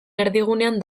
erdigunean